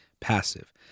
passive